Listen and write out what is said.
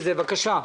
בבקשה.